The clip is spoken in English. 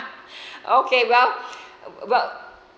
okay well but